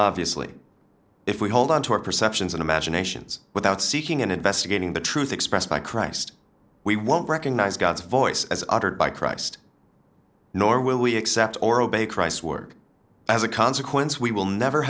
obviously if we hold on to our perceptions and imaginations without seeking and investigating the truth expressed by christ we won't recognize god's voice as uttered by christ nor will we accept or obey christ's work as a consequence we will never